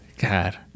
god